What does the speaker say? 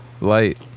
Light